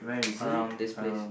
around this place